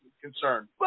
concern